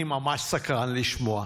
אני ממש סקרן לשמוע",